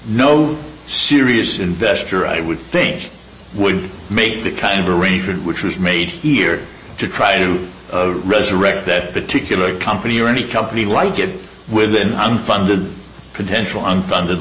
no serious investor i would think would make that kind of arrangement which was made here to try to resurrect that particular company or any company like it with an unfunded potential unfunded